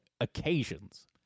occasions—